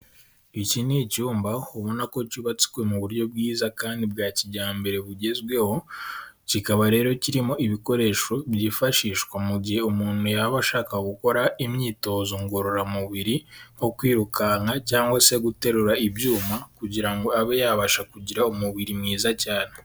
Iki ni icyumba ubona ko cyubatswe mu buryo bwiza kandi bwa kijyambere bugezweho kikaba rero kirimo ibikoresho byifashishwa mu gihe umuntu yaba ashaka gukora imyitozo ngororamubiri nko kwirukanka cyangwa se guterura ibyuma kugira ngo abe yabasha kugira umubiri mwiza cyane.